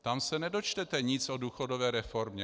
Tam se nedočtete nic o důchodové reformě.